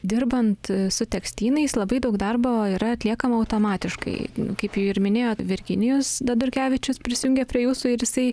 dirbant su tekstynais labai daug darbo yra atliekama automatiškai kaip ir minėjot virginijus dadurkevičius prisijungia prie jūsų ir jisai